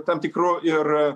tam tikru ir